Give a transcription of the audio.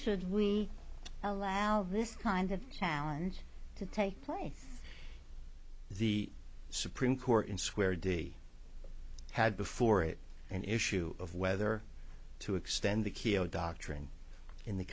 should we allow this kind of challenge to take place the supreme court in square d i had before it an issue of whether to extend the keogh doctrine in the